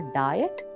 diet